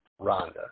Rhonda